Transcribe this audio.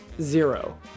Zero